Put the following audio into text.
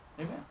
amen